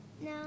No